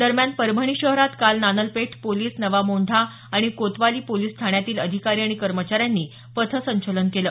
दरम्यान परभणी शहरात काल नानलपेठ पोलिस नवामोंढा आणि कोतवाली पोलिस ठाण्यातील अधिकारी आणि कर्मचाऱ्यांनी पथसंचलन केलं